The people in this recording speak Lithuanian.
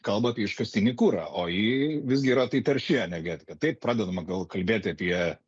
kalba apie iškastinį kurą o ji visgi yra tai tarši energetika taip pradedama gal kalbėti apie